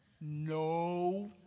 No